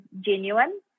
genuine